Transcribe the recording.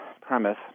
premise